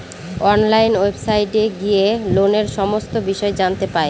online ওয়েবসাইটে গিয়ে লোনের সমস্ত বিষয় জানতে পাই